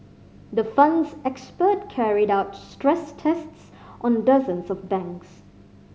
the Fund's expert carried out stress tests on dozens of banks